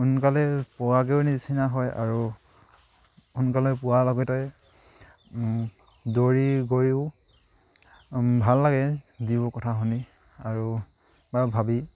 সোনকালে পোৱাগৈও নিচিনা হয় আৰু সোনকালে পোৱাৰ লগতে দৌৰি গৈও ভাল লাগে যিবোৰ কথা শুনি আৰু বা ভাবি